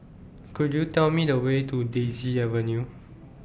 Could YOU Tell Me The Way to Daisy Avenue